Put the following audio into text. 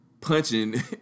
punching